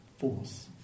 force